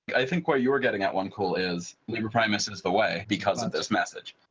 i think what you were getting at, onecool, is liber primus is the way because of this message.